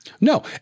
No